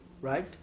right